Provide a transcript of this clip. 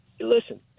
listen